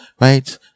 right